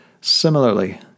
Similarly